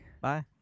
Bye